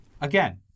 again